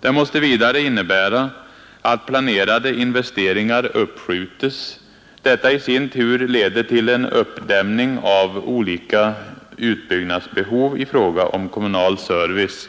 Den måste vidare innebära att planerade investeringar uppskjutes. Detta i sin tur leder till en uppdämning av olika utbyggnadsbehov i fråga om kommunal service.